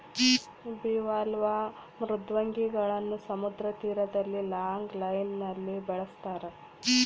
bivalve ಮೃದ್ವಂಗಿಗಳನ್ನು ಸಮುದ್ರ ತೀರದಲ್ಲಿ ಲಾಂಗ್ ಲೈನ್ ನಲ್ಲಿ ಬೆಳಸ್ತರ